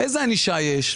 איזו ענישה יש?